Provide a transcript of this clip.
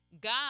God